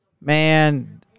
Man